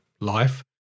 life